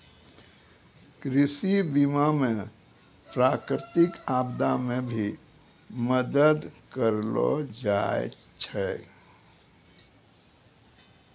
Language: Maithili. कृषि बीमा मे प्रकृतिक आपदा मे भी मदद करलो जाय छै